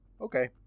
Okay